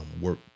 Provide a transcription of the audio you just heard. work